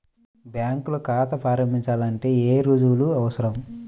బ్యాంకులో ఖాతా ప్రారంభించాలంటే ఏ రుజువులు అవసరం?